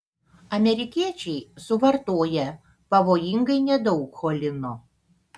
amerikiečiai suvartoja pavojingai nedaug cholino